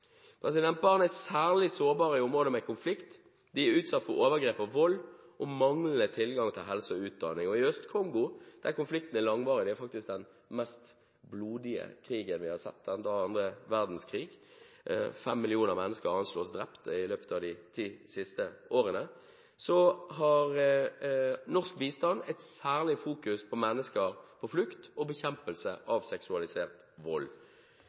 Barn er særlig sårbare i områder med konflikt – de er utsatt for overgrep og vold og har manglende tilgang til helse og utdanning. I Øst-Kongo, der konflikten er langvarig – det er faktisk den blodigste krigen vi har sett etter annen verdenskrig, 5 millioner mennesker anslås å ha blitt drept i løpet av de ti siste årene – fokuserer norsk bistand særlig på mennesker på flukt og på bekjempelse av seksualisert vold.